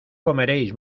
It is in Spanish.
comeréis